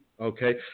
Okay